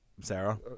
Sarah